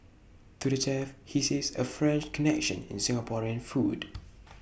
to the chef he sees A French connection in Singaporean food